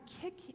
kick